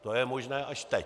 To je možné až teď.